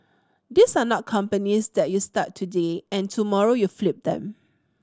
these are not companies that you start today and tomorrow you flip them